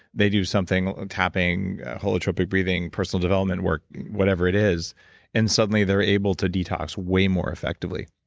they do something, tapping, holotropic breathing, personal development work, whatever it is and suddenly, they're able to detox way more effectively.